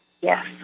yes